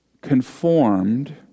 conformed